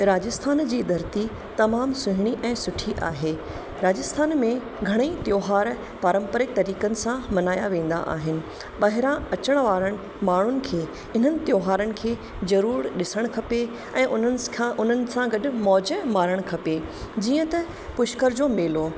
राजस्थान जी धरती तमामु सुहिणी ऐं सुठी आहे राजस्थान में घणई त्योहार पारंम्परिक तरीक़नि सां मल्हाया वेंदा आहिनि ॿाहिरां अचण वारनि माण्हुनि खे हिननि त्योहारनि खे ज़रूरु ॾिसणु खपे ऐं उन्हनि खां उन्हनि सां गॾु मौज मारणु खपे जीअं त पुष्कर जो मेलो